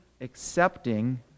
accepting